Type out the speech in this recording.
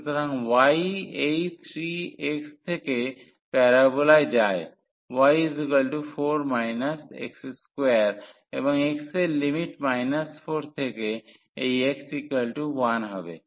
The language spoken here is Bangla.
সুতরাং y এই 3x থেকে প্যারাবোলায় যায় y4 x2 এবং x এর লিমিট 4 থেকে এই x 1 হবে